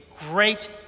great